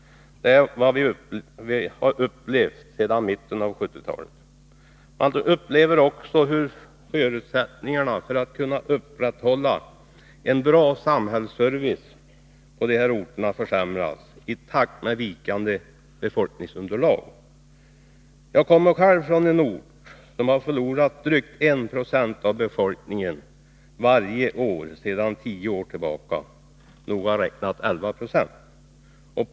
Det är vad vi har upplevt sedan mitten av 1970-talet. Man upplever också hur förutsättningarna för att kunna upprätthålla en bra samhällsservice på dessa orter försämras, i takt med vikande befolkningsunderlag. Jag kommer själv från en ort som har förlorat drygt 1 26 av befolkningen varje år sedan tio år tillbaka, dvs. noga räknat 11 26.